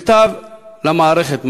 מכתב למערכת.